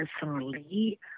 personally